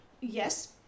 yes